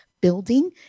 building